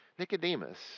Nicodemus